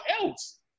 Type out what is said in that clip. else